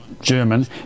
German